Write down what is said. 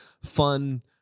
fun